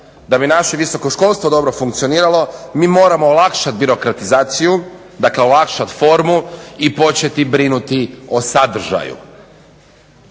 da bi naše visokoškolstvo dobro funkcioniralo, mi moramo olakšati birokratizaciju, dakle olakšati formu i početi brinuti o sadržaju.